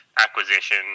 acquisition